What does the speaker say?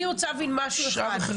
אני רוצה להבין משהו אחד.